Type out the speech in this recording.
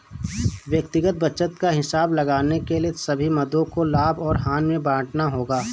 व्यक्तिगत बचत का हिसाब लगाने के लिए सभी मदों को लाभ और हानि में बांटना होगा